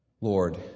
Lord